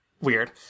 weird